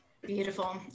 Beautiful